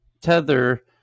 Tether